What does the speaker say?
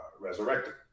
resurrected